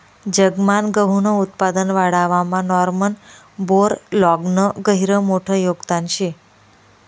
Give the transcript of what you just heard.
जगमान गहूनं उत्पादन वाढावामा नॉर्मन बोरलॉगनं गहिरं मोठं योगदान शे